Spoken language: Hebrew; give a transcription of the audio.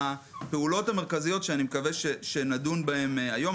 אני רוצה לגעת בפעולות המרכזיות שאני מקווה שנדון בהן היום.